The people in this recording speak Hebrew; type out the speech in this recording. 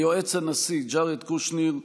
ליועץ הנשיא ג'ארד קושנר,